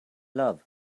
love